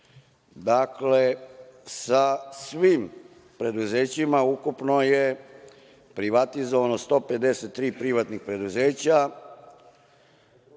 Dakle, sa svim preduzećima, ukupno je privatizovano 153 privatnih preduzeća